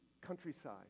countryside